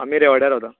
आमी रेवोड्या रावता